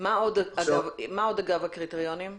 מה הם הקריטריונים הנוספים?